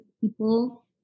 people